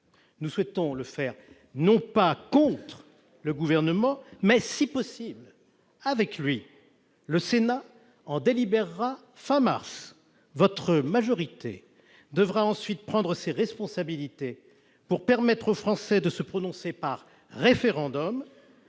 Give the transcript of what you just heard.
Nous souhaitons le faire, non pas contre le Gouvernement, mais, si possible, avec lui. Le Sénat en délibérera à la fin du mois de mars prochain. Votre majorité devra ensuite prendre ses responsabilités pour permettre aux Français de se prononcer par référendum,